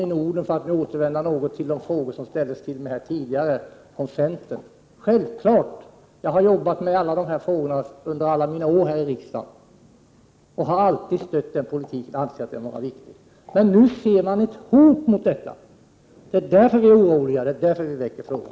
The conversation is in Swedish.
Jag säger det för att något återvända till de frågor som ställdes till mig från centerns sida. Detta är självklart — jag har jobbat med de här frågorna under alla mina år i riksdagen och har alltid stött den här politiken och ansett den vara riktig. Men nu ser man ett hot mot detta, och det är därför vi är oroliga och väcker frågan.